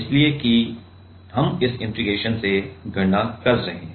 इसलिए कि हम इस इंटीग्रेशन से गणना कर रहे हैं